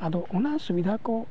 ᱟᱫᱚ ᱚᱱᱟ ᱥᱩᱵᱤᱫᱷᱟ ᱠᱚ